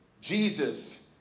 Jesus